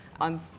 on